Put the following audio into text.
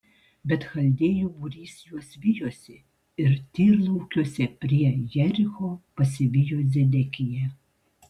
bet chaldėjų būrys juos vijosi ir tyrlaukiuose prie jericho pasivijo zedekiją